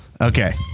Okay